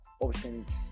options